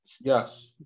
Yes